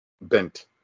bent